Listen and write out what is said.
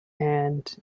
and